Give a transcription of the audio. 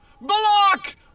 Block